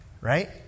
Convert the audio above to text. right